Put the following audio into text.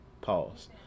pause